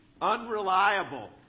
unreliable